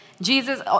Jesus